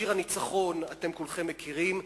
את שיר הניצחון כולכם מכירים,